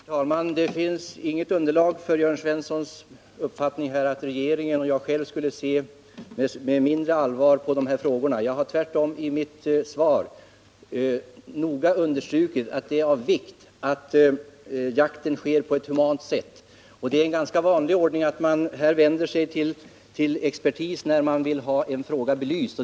Herr talman! Det finns inget underlag för Jörn Svenssons uppfattning att regeringen och jag själv inte skulle se med allvar på de här frågorna. Jag har tvärtom noga understrukit i mitt svar att det är av vikt att jakten sker på ett humant sätt. Det är en ganska vanlig ordning att man vänder sig till expertis när man vill ha en fråga belyst.